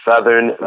Southern